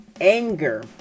anger